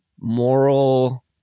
moral